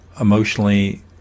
emotionally